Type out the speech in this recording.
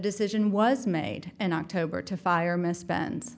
decision was made in october to fire misspen